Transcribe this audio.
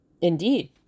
Indeed